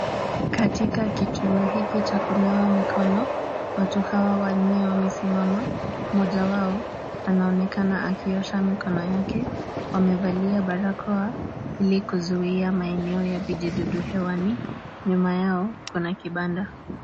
Katika kituo hiki cha kunawa mikono, watu hawa wanne wamesimama. Mmoja wao anaonekana akiosha mikono yake. Wamevalia barakoa ili kuzuia maeneo ya vijidudu hewani. Nyuma yao kuna kibanda.